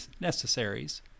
necessaries